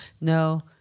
No